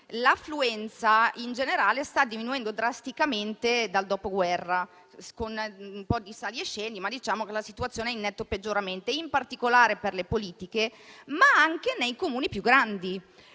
l'affluenza in generale sta diminuendo drasticamente dal Dopoguerra, con un po' di sali e scendi, ma diciamo che la situazione è in netto peggioramento in particolare per le elezioni politiche. Tale fenomeno si